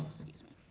excuse me.